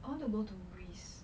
I want to go to greece